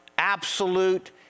absolute